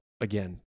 Again